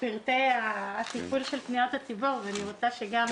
פרטי הטיפול של פניות הציבור ואני רוצה שגם